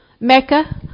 Mecca